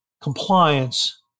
compliance